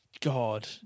God